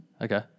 Okay